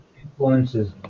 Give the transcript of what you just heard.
influences